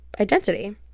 identity